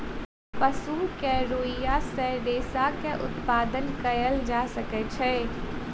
पशु के रोईँयाँ सॅ रेशा के उत्पादन कयल जा सकै छै